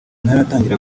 ntaratangira